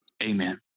amen